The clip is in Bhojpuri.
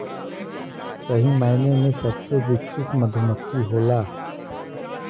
सही मायने में सबसे विकसित मधुमक्खी होला